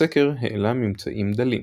הסקר העלה ממצאים דלים.